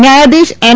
ન્યાયાધીશ એન